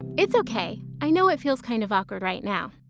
it's okay, i know it feels kind of awkward right now.